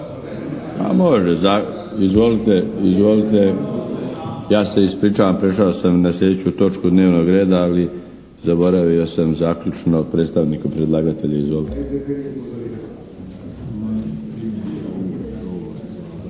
se ne čuje./ … Izvolite, ja se ispričavam, prešao sam na sljedeću točku dnevnog reda, ali zaboravio sam zaključno predstavnik predlagatelja. Izvolite.